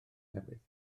newydd